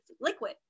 liquid